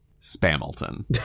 Spamilton